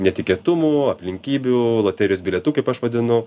netikėtumų aplinkybių loterijos bilietų kaip aš vadinu